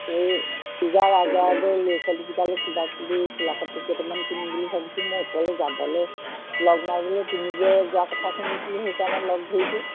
এই পূজাৰ আগে আগে ল'ৰা ছোৱালীকেইটালৈ কিবাকিবি চোলা কাপোৰ কেইটামান কিনিম বুলি ভাবিছোঁ মই অকলে যাবলৈ লগ নাই বুলি তুমি যে যোৱাৰ কথা শুনিছিলোঁ সেইকাৰণে লগ ধৰিছোঁ